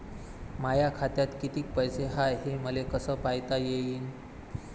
माया खात्यात कितीक पैसे हाय, हे मले कस पायता येईन?